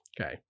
Okay